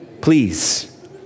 Please